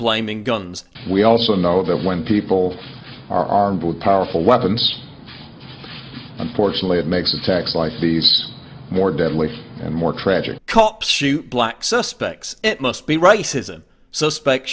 blaming guns we also know that when people are armed with powerful weapons unfortunately it makes attacks like these more deadly and more tragic cops shoot black suspects it must be racism suspect